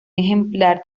ejemplar